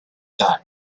that